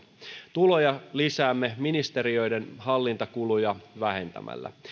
tuloja lisäämme ministeriöiden hallintokuluja vähentämällä